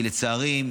כי לצערי,